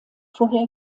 vorher